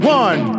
one